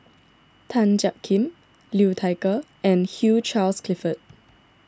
Tan Jiak Kim Liu Thai Ker and Hugh Charles Clifford